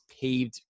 paved